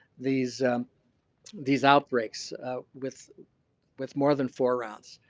these these outbreaks with with more than four rounds.